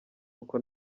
uko